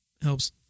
helps